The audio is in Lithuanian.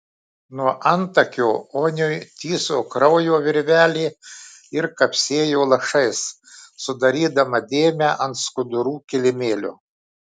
nuo antakio oniui tįso kraujo virvelė ir kapsėjo lašais sudarydama dėmę ant skudurų kilimėlio